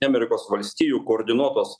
amerikos valstijų koordinuotos